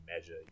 measure